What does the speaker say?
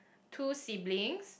two siblings